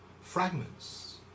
fragments